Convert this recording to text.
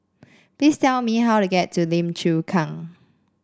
please tell me how to get to Lim Chu Kang